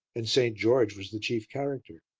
and st. george was the chief character.